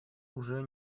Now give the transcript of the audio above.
уже